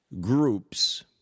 groups